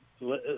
let